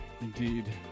Indeed